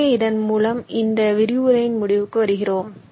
எனவே இதன் மூலம் இந்த விரிவுரையின் முடிவுக்கு வருகிறோம்